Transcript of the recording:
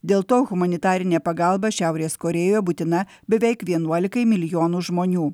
dėl to humanitarinė pagalba šiaurės korėjoje būtina beveik vienuolikai milijonų žmonių